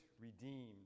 redeemed